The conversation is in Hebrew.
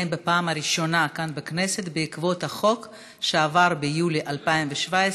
בפעם הראשונה כאן בכנסת בעקבות החוק שעבר ביולי 2017,